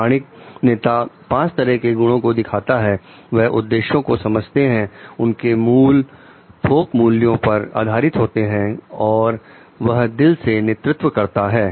प्रमाणिक नेता 5 तरह के गुणों को दिखाता है वह उद्देश्य को समझते हैं उनके मूल थोक मूल्यों पर आधारित होता है और वह दिल से नेतृत्व करते हैं